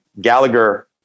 Gallagher